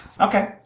Okay